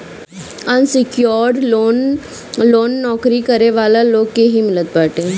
unsecured loan loan नोकरी करे वाला लोग के ही मिलत बाटे